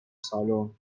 سالن